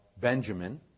Benjamin